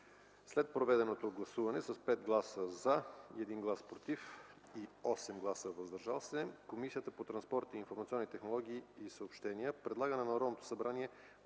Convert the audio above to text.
След проведеното гласуване с 5 гласа „за”, 1 глас „против” и 8 гласа „въздържали се” Комисията по транспорт, информационни технологии и съобщения предлага на Народното събрание